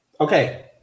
Okay